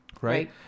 Right